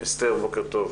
אסתר, בוקר טוב.